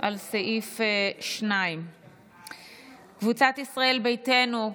לסעיף 2. קבוצת ישראל ביתנו,